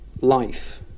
life